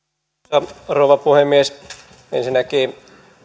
arvoisa rouva puhemies ensinnäkin